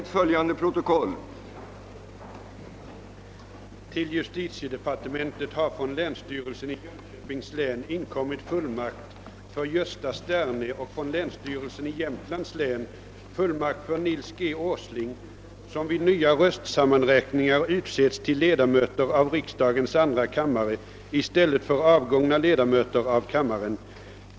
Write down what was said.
Till justitiedepartementet har från länsstyrelsen i Jönköpings län inkommit fullmakt för Gösta Sterne och från länsstyrelsen i Jämtlands län fullmakt för Nils G. Åsling, som vid nya röstsammanräkningar utsetts till ledamöter av riksdagens andra kammare i stället för avgångna ledamöter av kammaren.